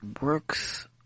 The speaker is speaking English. works